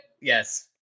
Yes